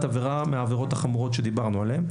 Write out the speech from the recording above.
עבירה מהעבירות החמורות שדיברנו עליהן.